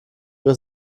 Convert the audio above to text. ihre